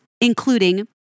including